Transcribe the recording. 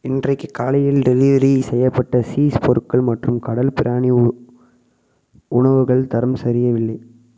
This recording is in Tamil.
இன்றைக்கு காலையில் டெலிவரி செய்யப்பட்ட சீஸ் பொருட்கள் மற்றும் கடல் பிராணி உ உணவுகள் தரம் சரியவில்லை